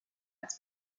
als